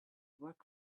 work